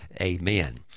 amen